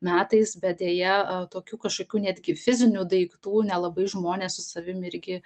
metais bet deja tokių kažkokių netgi fizinių daiktų nelabai žmonės su savim irgi